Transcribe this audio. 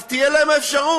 אז תהיה להם האפשרות.